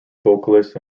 vocalist